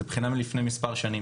זה בחינה מלפני מספר שנים.